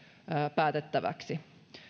päätettäväksi